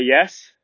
yes